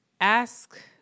ask